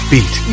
Beat